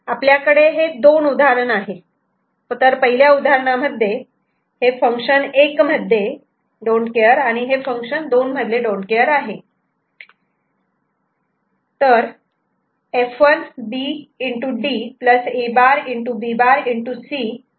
आपल्याकडे हे दोन उदाहरण आहेत तर पहिल्या उदाहरणामध्ये हे फंक्शन 1 मध्ये हे डोन्ट केअर don't care आणि फंक्शन 2 मध्ये हे डोन्ट केअर don't care आहे